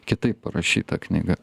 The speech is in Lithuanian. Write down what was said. kitaip parašyta knyga